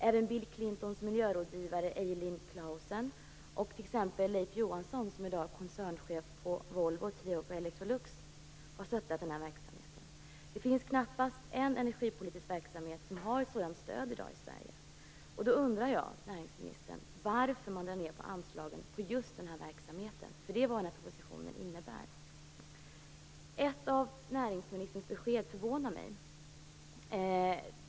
Även Bill Clintons miljörådgivare Eileen Clausen och t.ex. Leif Johansson, som i dag är koncernchef på Volvo och som tidigare har jobbat på Electrolux, har stöttat denna verksamhet. Det finns knappast någon annan energipolitisk verksamhet som i dag har ett sådant stöd i Sverige. Därför undrar jag, näringministern, varför man drar ned på anslagen till just den här verksamheten. Det är ju vad propositionen i fråga innebär. Ett av näringsministerns besked förvånar mig.